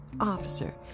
officer